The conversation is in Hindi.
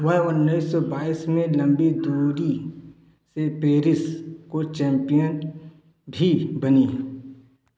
वह उन्नीस सौ बाईस में लम्बी दूरी से पेरिस को चैंपियन भी बनी